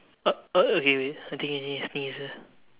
oh oh okay wait I think you need to sneeze